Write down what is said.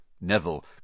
Neville